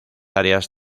áreas